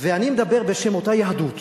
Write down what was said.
ואני מדבר בשם אותה יהדות